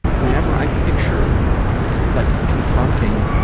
whenever i picture like confronting